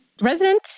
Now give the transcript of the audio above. resident